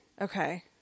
Okay